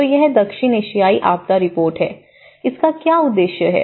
तो यह दक्षिण एशियाई आपदा रिपोर्ट है इसका क्या उद्देश्य है